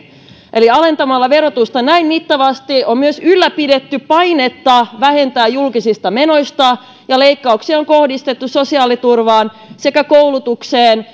eli alentamalla verotusta näin mittavasti on ylläpidetty painetta vähentää julkisista menoista ja kohdistettu leikkauksia sosiaaliturvaan sekä koulutukseen